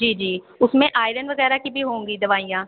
जी जी उसमें आयरन वगैरह की भी होंगी दवाइयाँ